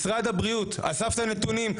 משרד הבריאות אסף את הנתונים?